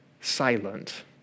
silent